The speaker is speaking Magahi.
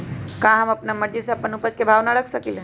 का हम अपना मर्जी से अपना उपज के भाव न रख सकींले?